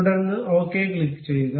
തുടർന്ന് ഓക്കേ ക്ലിക്കുചെയ്യുക